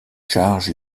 charge